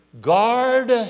Guard